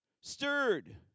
stirred